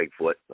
Bigfoot